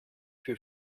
für